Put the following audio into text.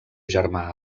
germà